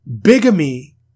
bigamy